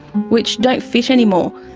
which don't fit anymore.